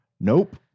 Nope